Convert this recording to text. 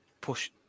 push